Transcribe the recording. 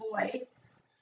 voice